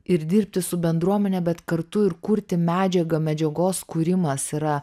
ir dirbti su bendruomene bet kartu ir kurti medžiagą medžiagos kūrimas yra